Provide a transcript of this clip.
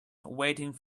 waiting